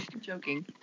joking